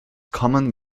common